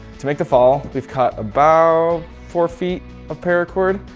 to make the fall, we've cut about four feet of paracord.